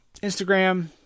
Instagram